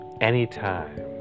anytime